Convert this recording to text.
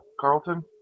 Carlton